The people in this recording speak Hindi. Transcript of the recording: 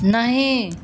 नहीं